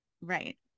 Right